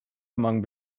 among